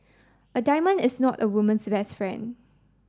a diamond is not a woman's best friend